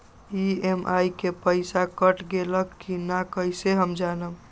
EMI के पईसा कट गेलक कि ना कइसे हम जानब?